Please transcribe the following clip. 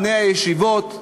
בני הישיבות,